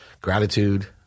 Gratitude